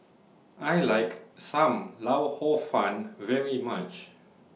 I like SAM Lau Hor Fun very much